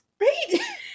right